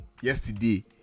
yesterday